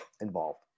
involved